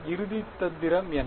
இறுதி தந்திரம் என்ன